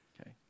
okay